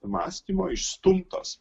mąstymo išstumtos